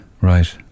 right